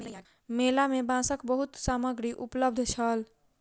मेला में बांसक बहुत सामग्री उपलब्ध छल